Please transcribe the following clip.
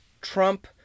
Trump